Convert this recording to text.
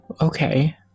okay